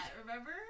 Remember